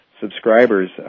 subscribers